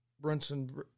Brunson